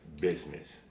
Business